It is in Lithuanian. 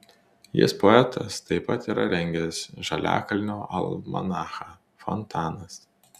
jis poetas taip pat yra rengęs žaliakalnio almanachą fontanas